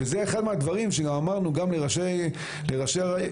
וזה אחד מהדברים שאמרנו גם לראשי הרשויות,